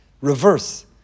reverse